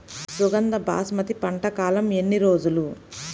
సుగంధ బాస్మతి పంట కాలం ఎన్ని రోజులు?